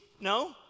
No